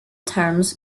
terms